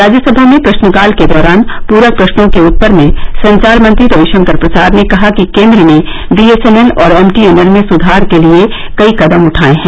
राज्यसभा में प्रश्नकाल के दौरान पूरक प्रश्नों के उत्तर में संचार मंत्री रविशंकर प्रसाद ने कहा कि केन्द्र ने बी एस एन एल और एम टी एन एल में सुधार के लिए कई कदम उठाये हैं